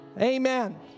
Amen